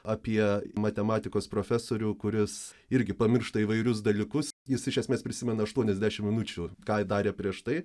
apie matematikos profesorių kuris irgi pamiršta įvairius dalykus jis iš esmės prisimena aštuonias dešimt minučių ką darė prieš tai